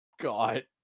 God